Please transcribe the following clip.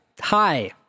Hi